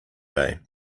day